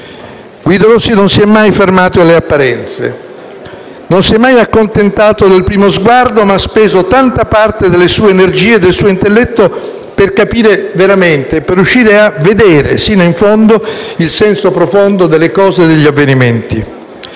Guido Rossi non si è mai fermato alle apparenze, non si è mai accontentato del primo sguardo, ma ha speso tanta parte delle sue energie e del suo intelletto per capire veramente e riuscire a vedere sino in fondo il senso profondo delle cose e degli avvenimenti.